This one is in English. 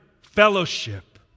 fellowship